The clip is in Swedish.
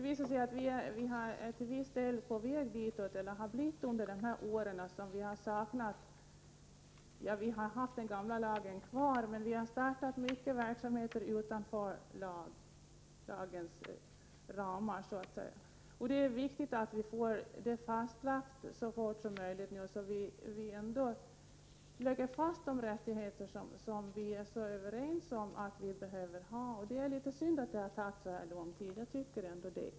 Visst har vi varit på väg i den riktningen under de här åren. Vi har haft den gamla lagen kvar, men mycket av verksamheten har skett utanför lagens ramar så att säga. Det är viktigt att man så fort som möjligt fastställer de rättigheter som vi är överens om att vi behöver ha. Jag tycker att det är litet synd att det har tagit så lång tid.